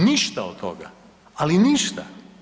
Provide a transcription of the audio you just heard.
Ništa od toga, ali ništa.